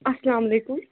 اَسلام علیکُم